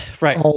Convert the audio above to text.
Right